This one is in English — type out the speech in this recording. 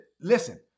Listen